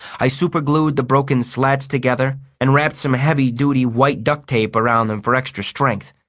i super-glued the broken slats together and wrapped some heavy-duty white duct tape around them for extra strength.